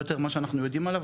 או יותר מה שאנחנו יודעים עליו,